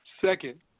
second